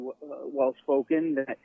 well-spoken